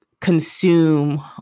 consume